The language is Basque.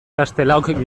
castelaok